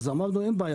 אמרנו: אין בעיה.